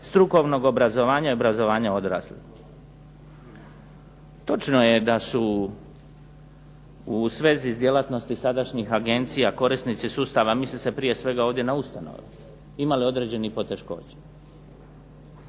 strukovnog obrazovanja i obrazovanja odraslih. Točno je da su u svezi s djelatnosti sadašnjih agencija korisnici sustava, misli se prije svega ovdje na ustanove, imali određenih poteškoća.